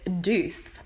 deuce